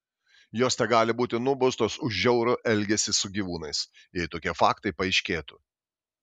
jos tegali būti nubaustos už žiaurų elgesį su gyvūnais jei tokie faktai paaiškėtų